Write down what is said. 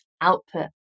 output